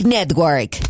Network